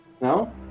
No